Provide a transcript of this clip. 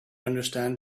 understand